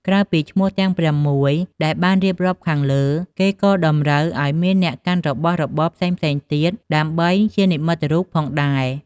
ក្រៅពីឈ្មោះទាំង ០៦ នាក់ដែលបានរៀបរាប់ខាងលើ គេក៏តម្រូវឲ្យមានអ្នកកាន់របស់របរផ្សេងៗទៀត ដើម្បីជានិមត្តិរូបផងដែរ។